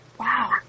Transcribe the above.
Wow